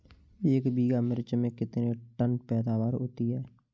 एक बीघा मिर्च में कितने टन पैदावार होती है?